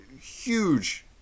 huge